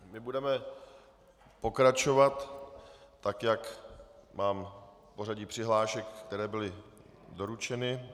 Budeme pokračovat tak, jak mám pořadí přihlášek, které byly doručeny.